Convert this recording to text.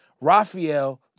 Raphael